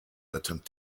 attempt